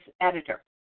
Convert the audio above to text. editor